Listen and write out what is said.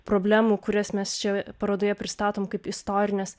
problemų kurias mes čia parodoje pristatom kaip istorines